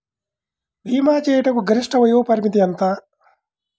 భీమా చేయుటకు గరిష్ట వయోపరిమితి ఎంత?